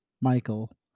michael